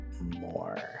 more